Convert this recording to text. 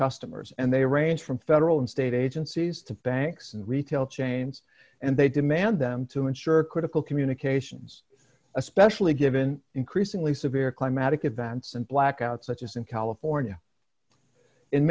customers and they range from federal and state agencies to banks and retail chains and they demand them to insure critical communications especially given increasingly severe climatic events and blackouts such as in california in